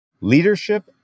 Leadership